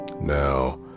Now